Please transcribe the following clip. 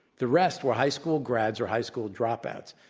the rest were high school grads or high school dropouts.